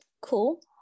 cool